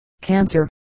cancer